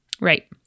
Right